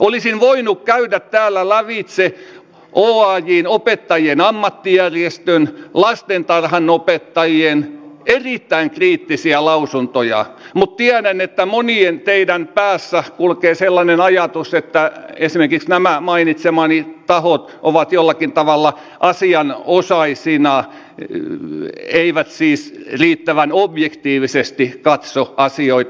olisin voinut käydä täällä lävitse oajn opettajien ammattijärjestön lastentarhanopettajien erittäin kriittisiä lausuntoja mutta tiedän että monien teidän päässä kulkee sellainen ajatus että esimerkiksi nämä mainitsemani tahot ovat jollakin tavalla asianosaisina eivät siis riittävän objektiivisesti katso asioita